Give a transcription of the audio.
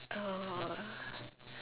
oh